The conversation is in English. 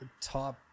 top